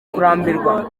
kurambirwa